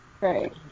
Right